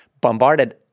bombarded